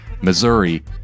missouri